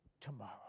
tomorrow